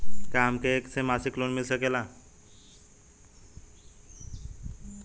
का हमके ऐसे मासिक लोन मिल सकेला?